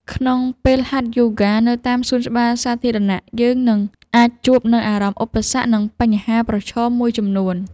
ក្នុងពេលហាត់យូហ្គានៅតាមសួនច្បារសាធារណៈ យើងនឹងអាចជួបនូវអារម្មណ៍ ឧបសគ្គ និងបញ្ហាប្រឈមមួយចំនួន។